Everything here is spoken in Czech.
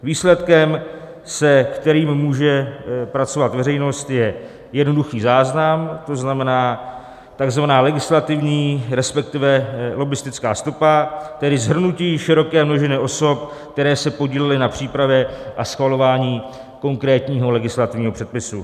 Výsledkem, se kterým může pracovat veřejnost, je jednoduchý záznam, to znamená takzvaná legislativní, respektive lobbistická stopa, tedy shrnutí široké množiny osob, které se podílely na přípravě a schvalování konkrétního legislativního předpisu.